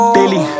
Daily